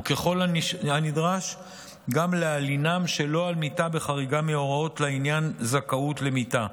וככל הנדרש גם להלינם שלא על מיטה בחריגה מהוראות לעניין זכאות למיטה.